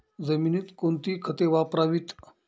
जमिनीत कोणती खते वापरावीत?